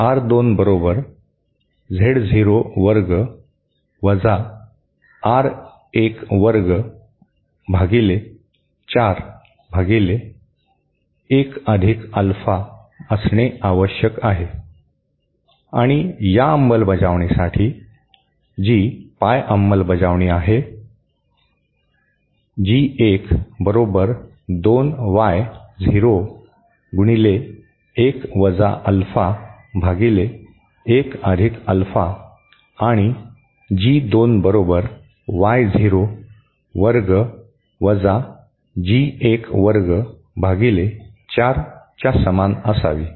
आर2 बरोबर Z zero वर्ग वजा आर1 वर्ग भागिले 4 भागिले 1 अधिक अल्फा असणे आवश्यक आहे आणि या अंमलबजावणीसाठी जी पाय अंमलबजावणी आहे जी1 बरोबर 2 वाय झिरो गुणिले 1 वजा अल्फा भागिले 1 अधिक अल्फा आणि जी 2 बरोबर वाय झिरो वर्ग वजा जी1 वर्ग भागिले 4 च्या समान असावी